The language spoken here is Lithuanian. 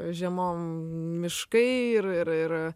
žiemom miškai ir ir ir